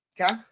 Okay